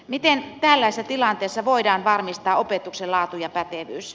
miten tällaisessa tilanteessa voidaan varmistaa opetuksen laatu ja pätevyys